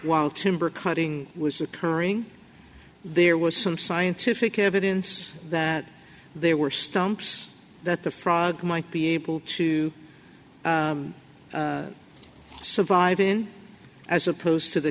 while timber cutting was occurring there was some scientific evidence that there were stumps that the frog might be able to survive in as opposed to the